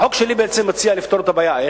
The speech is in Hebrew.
החוק שלי מציע לפתור את הבעיה,